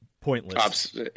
pointless